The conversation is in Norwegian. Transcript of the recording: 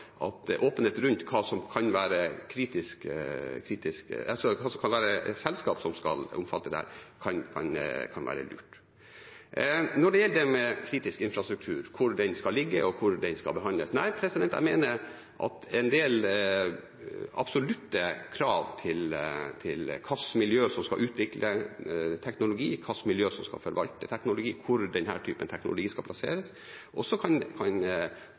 til åpenhet rundt det: Jeg er enig med representanten i at åpenhet rundt hva som kan være selskap som skal omfattes av det, kan være lurt. Når det gjelder kritisk infrastruktur, hvor den skal ligge og hvor den skal behandles: Jeg mener at en del absolutte krav til hvilke miljø som skal utvikle teknologi, hvilke miljø som skal forvalte teknologi, og hvor denne teknologien skal plasseres, også kan